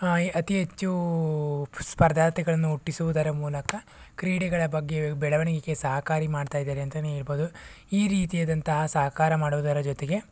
ಅತಿ ಹೆಚ್ಚು ಸ್ಪರ್ಧಾರ್ಥಿಗಳನ್ನು ಹುಟ್ಟಿಸುವುದರ ಮೂಲಕ ಕ್ರೀಡೆಗಳ ಬಗ್ಗೆ ಬೆಳವಣಿಗೆಗೆ ಸಹಕಾರಿ ಮಾಡ್ತಾಯಿದ್ದಾರೆ ಅಂತಲೇ ಹೇಳ್ಬೋದು ಈ ರೀತಿಯಾದಂತಹ ಸಹಕಾರ ಮಾಡುವುದರ ಜೊತೆಗೆ